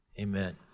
Amen